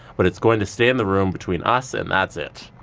but it's going to stay in the room between us and that's it.